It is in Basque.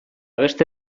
beste